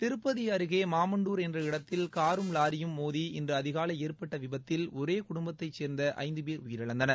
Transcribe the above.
திருப்பதிஅருகேமாமண்டுர் என்ற இடத்தில் காரும் லாரியும் மோதி இன்றுஅதிகாலைஏற்பட்டவிபத்தில் ஒரேகுடும்பத்தைசேர்ந்தஐந்தபேர் உயிரிழந்தனர்